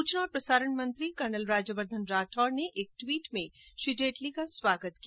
सूचना और प्रसारण मंत्रीकर्नल राज्यवर्द्वन राठौड़ ने एक ट्वीट में श्री जेटली का स्वागत किया